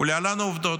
ולהלן העובדות.